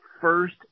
first